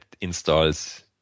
installs